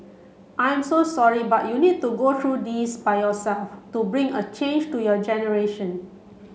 I'm so sorry but you need to go through this by yourself to bring a change to your generation